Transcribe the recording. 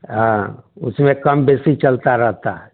हाँ उसमें कम बेसी चलता रहता है